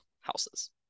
houses